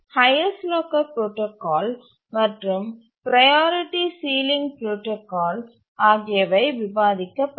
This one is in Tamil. மேலும் ஹைஎஸ்ட் லாக்கர் புரோடாகால் மற்றும் ப்ரையாரிட்டி சீலிங் புரோடாகால் ஆகியவை விவாதிக்கப்படும்